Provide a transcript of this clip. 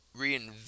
reinvent